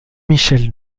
michel